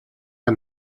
que